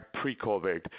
pre-COVID